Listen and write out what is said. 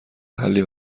حلی